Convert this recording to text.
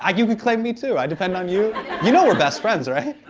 ah you can claim me too, i depend on you. you know we're best friends, right?